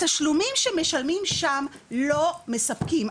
התשלומים שמשלמים שם לא מספקים.